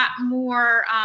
more